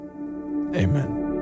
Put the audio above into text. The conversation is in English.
amen